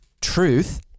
truth